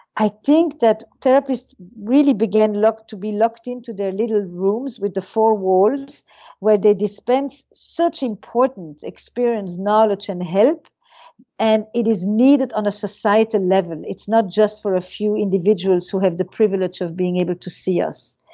i think that therapist really begin to be locked into their little rooms with the four walls where they dispense such important experience knowledge, and help and it is needed on a society level. it's not just for a few individuals who have the privilege of being able to see us.